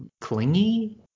clingy